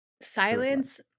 Silence